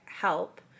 help